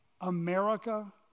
America